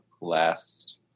last